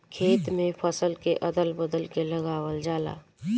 खेत में फसल के अदल बदल के लगावल जाला